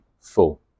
full